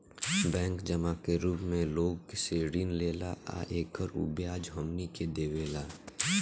bank जमा के रूप मे लोग से ऋण लेला आ एकर उ ब्याज हमनी के देवेला